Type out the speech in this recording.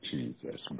Jesus